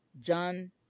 John